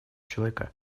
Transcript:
человека